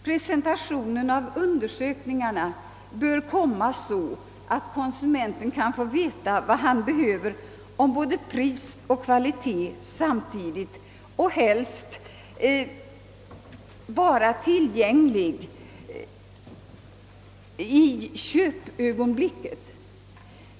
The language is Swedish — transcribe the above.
Presentationen av undersökningarna bör komma så att konsumenten kan få veta vad han behöver i fråga om både pris och kvalitet samtidigt; helst bör en sådan presentation vara tillgänglig i köpögonblicket.